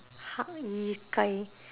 hak-yi-kai